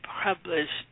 published